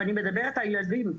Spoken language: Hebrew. ואני מדברת על ילדים,